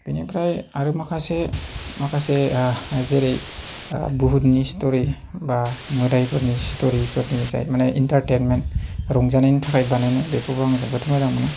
बेनिफ्राय आरो माखासे जेरै भुटनि स्ट'रि बा मोदायफोरनि स्ट'रिफोरनि जाय माने इन्टारटैनमेन्ट रंजानायनि थाखाय बानायनाय बेखौबो आं जोबोद मोजां मोनो